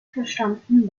verstanden